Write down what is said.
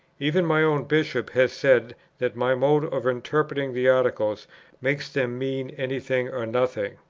even my own bishop has said that my mode of interpreting the articles makes them mean any thing or nothing.